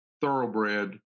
thoroughbred